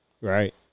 Right